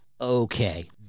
okay